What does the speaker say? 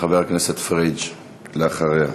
וחבר הכנסת פריג' אחריה.